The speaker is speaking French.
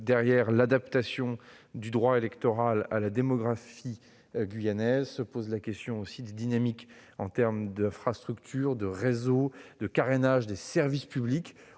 Derrière l'adaptation du droit électoral à la démographie guyanaise se pose aussi la question de l'accompagnement de ces dynamiques en termes d'infrastructures, de réseaux ou de carénage des services publics.